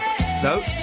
No